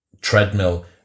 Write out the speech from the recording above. treadmill